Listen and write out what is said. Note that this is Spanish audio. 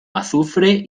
azufre